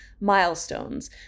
milestones